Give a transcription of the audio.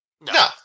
No